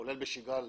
כולל בשגרה,